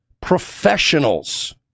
professionals